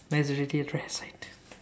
mine's already a rare sight